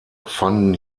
fanden